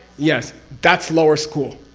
yes, that's lower school!